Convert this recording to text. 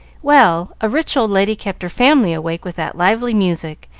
well, a rich old lady kept her family awake with that lively music,